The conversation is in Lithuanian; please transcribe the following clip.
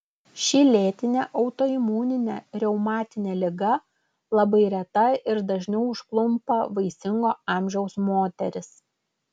ši lėtinė autoimuninė reumatinė liga labai reta ir dažniau užklumpa vaisingo amžiaus moteris